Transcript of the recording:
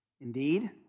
Indeed